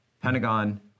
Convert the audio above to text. Pentagon